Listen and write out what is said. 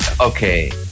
Okay